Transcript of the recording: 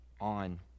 on